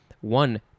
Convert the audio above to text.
One